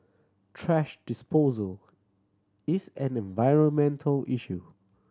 thrash disposal is an environmental issue